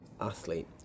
athlete